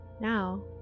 Now